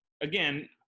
again